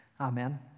Amen